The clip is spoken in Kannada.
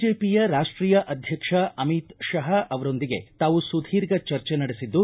ಬಿಜೆಪಿಯ ರಾಷ್ಷೀಯ ಅಧ್ಯಕ್ಷ ಅಮಿತ್ ಶಹಾ ಅವರೊಂದಿಗೆ ತಾವು ಸುದೀರ್ಘ ಚರ್ಚೆ ನಡೆಸಿದ್ದು